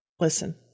Listen